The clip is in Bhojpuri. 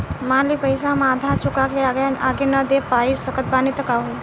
मान ली पईसा हम आधा चुका के आगे न दे पा सकत बानी त का होई?